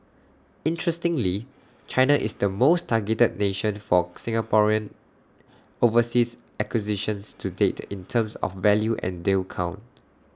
interestingly China is the most targeted nation for Singaporean overseas acquisitions to date in terms of value and deal count